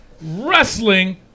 Wrestling